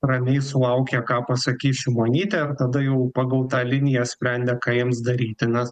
ramiai sulaukė ką pasakys šimonytė ir tada jau pagal tą liniją sprendė ką jiems daryti nes